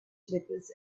slippers